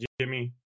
Jimmy